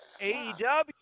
AEW